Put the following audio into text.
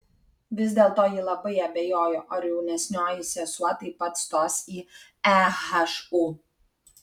vis dėlto ji labai abejojo ar jaunesnioji sesuo taip pat stos į ehu